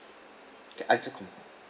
can